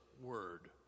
word